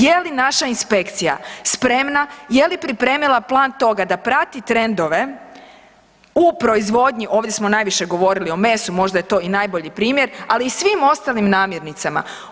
Je li naša inspekcija spremna, je li pripremila plan toga da prati trendove u proizvodnji, ovdje smo najviše govorili o mesu, možda je to i najbolji primjer, ali i svim ostalim namirnicama.